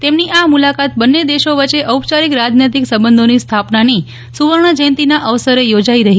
તેમની આ મુલાકાત બંને દેશો વચ્ચે ઔપચારિક રાજનૈતિક સંબંધોની સ્થાપનાની સુવર્ણ જયંતીના અવસરે યોજાઈ રહી છે